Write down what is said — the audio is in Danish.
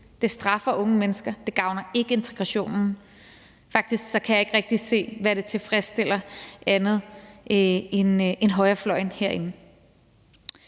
Det straffer unge mennesker. Det gavner ikke integrationen. Faktisk kan jeg ikke rigtig se, hvad det tilfredsstiller andet end højrefløjen herinde.